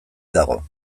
dago